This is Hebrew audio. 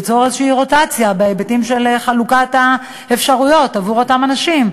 ליצור איזו רוטציה בהיבטים של חלוקת האפשרויות עבור אותם אנשים,